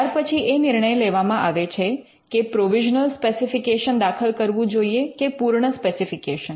ત્યાર પછી એ નિર્ણય લેવામાં આવે છે કે પ્રોવિઝનલ સ્પેસિફિકેશન દાખલ કરવું જોઈએ કે પૂર્ણ સ્પેસિફિકેશન